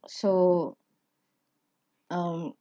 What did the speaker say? so um